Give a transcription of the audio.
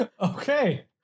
Okay